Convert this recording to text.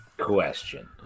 question